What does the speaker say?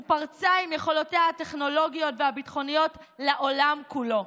ופרצה עם יכולותיה הטכנולוגיות והביטחוניות לעולם כולו.